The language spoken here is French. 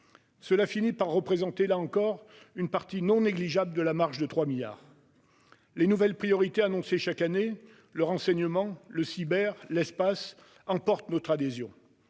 Cela finit par représenter, là encore, une partie non négligeable de la marche de 3 milliards. Les nouvelles priorités annoncées chaque année- le renseignement, le cyber, l'espace -emportent notre adhésion.